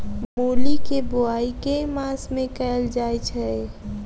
मूली केँ बोआई केँ मास मे कैल जाएँ छैय?